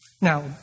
Now